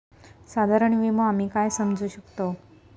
साधारण विमो आम्ही काय समजू शकतव?